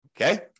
Okay